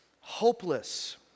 hopeless